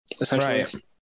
essentially